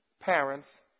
parents